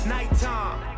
Nighttime